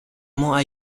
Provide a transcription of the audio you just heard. mont